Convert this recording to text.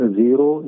zero